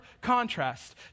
contrast